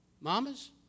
Mamas